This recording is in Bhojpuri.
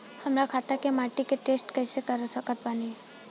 हमरा खेत के माटी के टेस्ट कैसे करवा सकत बानी?